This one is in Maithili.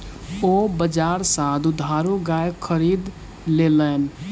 ओ बजार सा दुधारू गाय खरीद लेलैन